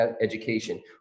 education